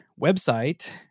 website